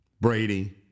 Brady